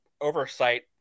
oversight